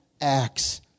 acts